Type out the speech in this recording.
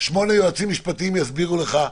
שמונה יועצים משפטיים יסבירו לך.